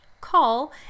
call